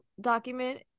document